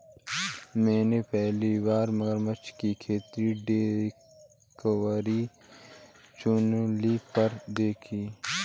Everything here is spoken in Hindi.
मैंने पहली बार मगरमच्छ की खेती डिस्कवरी चैनल पर देखी